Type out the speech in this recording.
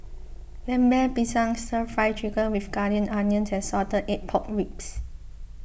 Lemper Pisang Stir Fry Chicken with Ginger Onions and Salted Egg Pork Ribs